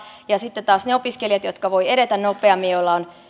ja sitten taas ne opiskelijat jotka voivat edetä nopeammin ja joilla on